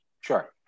sure